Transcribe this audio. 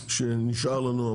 הדבר שנשאר לנו.